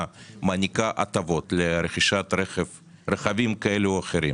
מעניקה הטבות לרכישת רכבים כאלו או אחרים,